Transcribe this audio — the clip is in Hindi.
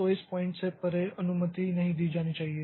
तो इस पॉइंट से परे अनुमति नहीं दी जानी चाहिए